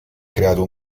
creato